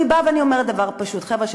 אני באה ואומרת דבר פשוט: חבר'ה,